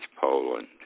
Poland